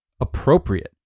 Appropriate